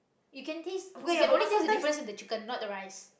you can taste you can only taste the difference in the chicken not the rice